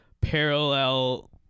parallel